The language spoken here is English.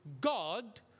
God